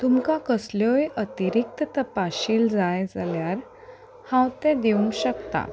तुमकां कसल्योय अतिरिक्त तपशील जाय जाल्यार हांव तें दिवंक शकता